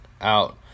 out